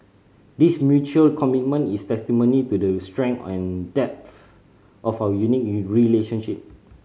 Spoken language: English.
this mutual commitment is testimony to the strength and depth of our unique relationship